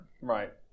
Right